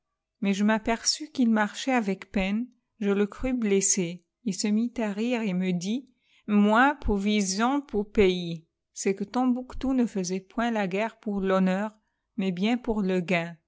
mais je m'aperçus qu'il marchait avec peine je le crus blessé il se mita rire et me dit moi povisions pou pays c'est que tombouctou ne faisait point la guerre pour l'honneur mais bien pour le gain